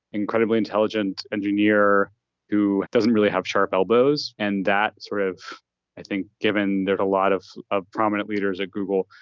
incredibly intelligent engineer who doesn't really have sharp elbows and that sort of i think given that a lot of of prominent leaders at google,